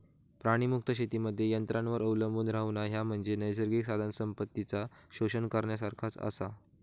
प्राणीमुक्त शेतीमध्ये यंत्रांवर अवलंबून रव्हणा, ह्या म्हणजे नैसर्गिक साधनसंपत्तीचा शोषण करण्यासारखाच आसा